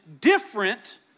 different